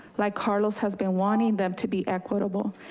like carlos has been wanting them to be equitable.